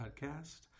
podcast